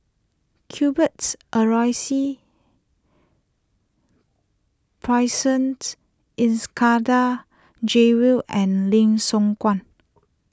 Cuthberts Aloysius Pridsons Iskandar Jalil and Lim Siong Guan